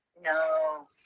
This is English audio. No